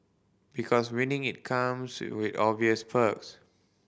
because winning it comes with obvious perks